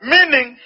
Meaning